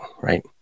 right